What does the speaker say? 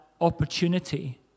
opportunity